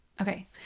Okay